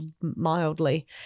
mildly